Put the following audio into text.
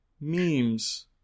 memes